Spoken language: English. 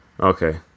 Okay